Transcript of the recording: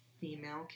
female